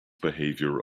behavior